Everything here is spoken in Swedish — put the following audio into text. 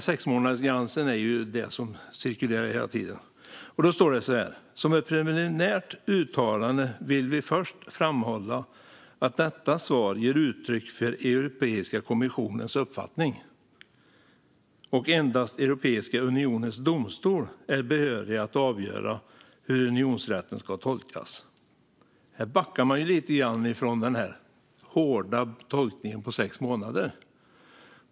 Sexmånadersgränsen är ju det som hela tiden cirkulerar. Det står så här: Som ett preliminärt uttalande vill vi först framhålla att detta svar ger uttryck för Europeiska kommissionens uppfattning. Endast Europeiska unionens domstol är behörig att avgöra hur unionsrätten ska tolkas. Här backar man lite grann från den hårda tolkningen av detta med sex månader.